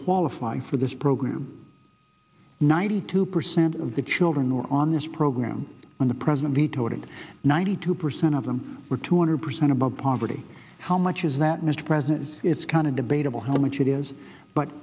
qualify for this program ninety two percent of the children or on this program on the president vetoed it ninety two percent of them were two hundred percent about poverty how much is that mr president it's kind of debatable how much it is but